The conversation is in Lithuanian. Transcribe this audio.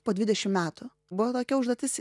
po dvidešim metų buvo tokia užduotis